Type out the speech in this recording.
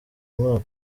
umwaka